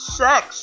sex